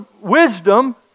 wisdom